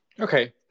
Okay